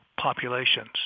populations